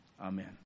Amen